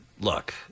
look